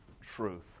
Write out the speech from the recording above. truth